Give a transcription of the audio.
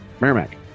Merrimack